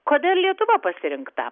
kodėl lietuva pasirinkta